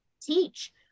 teach